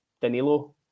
Danilo